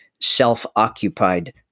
self-occupied